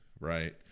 right